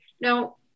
Now